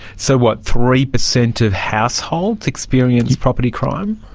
so what, three percent of households experience property crime?